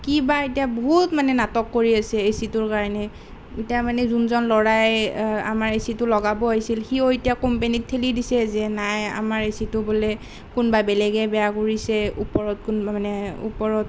কি বা এতিয়া বহুত মানে নাটক কৰি আছে এচিটোৰ কাৰণে এতিয়া মানে যোনজন ল'ৰাই আমাৰ এচিটো লগাব আহিছিল সিও এতিয়া কোম্পানীক ঠেলি দিছে যে নাই আমাৰ এচিটো বোলে কোনোবা বেলেগে বেয়া কৰিছে ওপৰত কোনোবা মানে ওপৰত